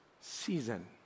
season